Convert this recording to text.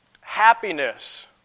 happiness